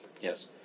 Yes